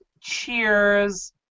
Cheers